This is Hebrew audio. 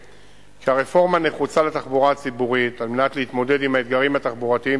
הרפורמה נחוצה לתחבורה הציבורית על מנת להתמודד עם האתגרים התחבורתיים